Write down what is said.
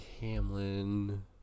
Hamlin